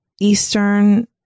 Eastern